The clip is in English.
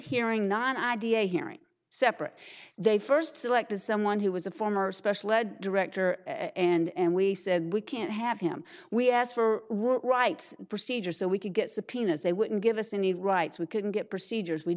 hearing not an idea hearing separate they first selected someone who was a former special ed director and we said we can't have him we asked for right procedure so we could get subpoenas they wouldn't give us any rights we couldn't get procedures we